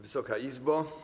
Wysoka Izbo!